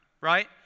right